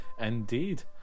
Indeed